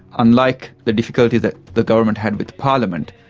unlike the difficulty that the government had with parliament,